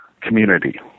community